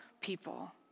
people